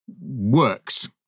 works